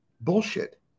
bullshit